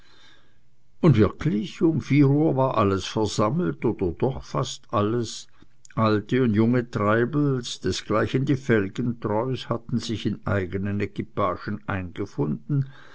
und wirklich um vier uhr war alles versammelt oder doch fast alles alte und junge treibels desgleichen die felgentreus hatten sich in eigenen equipagen eingefunden